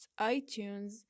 iTunes